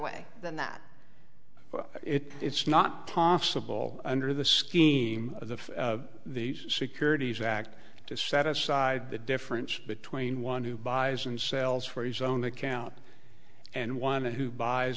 way than that it it's not tough simple under the scheme of the securities act to set aside the difference between one who buys and sells for his own account and one who buys